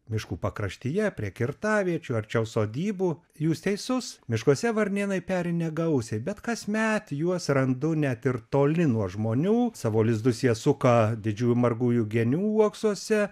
miškų pakraštyje prie kirtaviečių arčiau sodybų jūs teisus miškuose varnėnai peri negausiai bet kasmet juos randu net ir toli nuo žmonių savo lizdus jie suka didžiųjų margųjų genių uoksuose